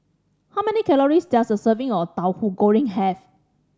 how many calories does a serving of Tauhu Goreng have